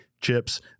chips